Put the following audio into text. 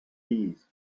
bees